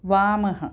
वामः